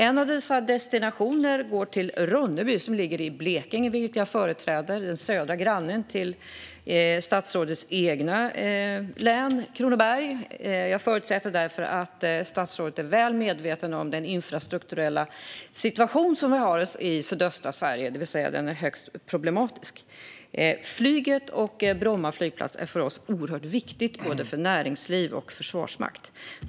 En av dessa destinationer är Ronneby i Blekinge, vilket jag företräder. Det är den södra grannen till statsrådets eget län Kronoberg. Jag förutsätter därför att statsrådet är väl medveten om den infrastrukturella situation som vi har i sydöstra Sverige, som ju är högst problematisk. Flyget och Bromma flygplats är för oss oerhört viktiga, både för näringsliv och för försvar.